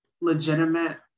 legitimate